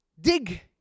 Dig